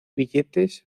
billetes